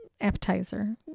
appetizer